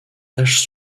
taches